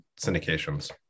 syndications